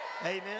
Amen